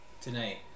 tonight